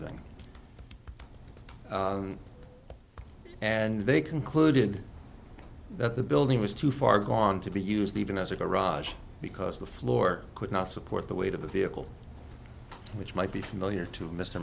thing and they concluded that the building was too far gone to be used even as a garage because the floor could not support the weight of the vehicle which might be familiar to mr